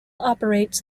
operates